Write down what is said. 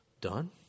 done